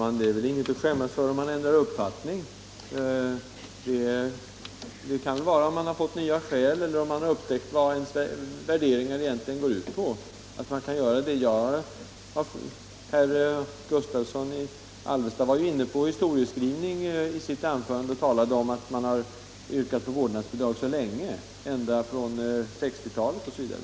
Herr talman! Det är inget att skämmas för att man ändrar uppfattning. Det kan bero på att man har fått nya skäl, eller att man har upptäckt vad ens värderingar egentligen går ut på. Herr Gustavsson i Alvesta var i sitt anförande inne på historieskrivning och talade om att centern yrkat på vårdnadsbidrag ända sedan 1960-talet.